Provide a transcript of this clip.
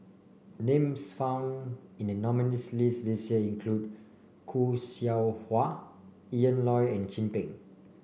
names found in the nominees' list this year include Khoo Seow Hwa Ian Loy and Chin Peng